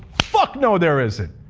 fuck no, there isn't.